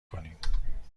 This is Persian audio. کنیم